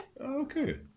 Okay